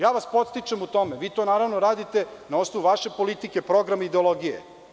Ja vas podstičem u tome, vi to naravno radite na osnovu vaše politike, programa i ideologije.